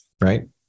right